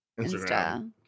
Instagram